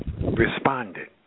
responded